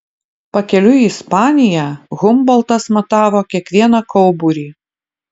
pakeliui į ispaniją humboltas matavo kiekvieną kauburį